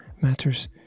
matters